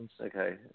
Okay